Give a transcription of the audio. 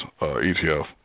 ETF